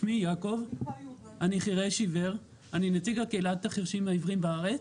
אני נציג קהילת החירשים והעיוורים בארץ,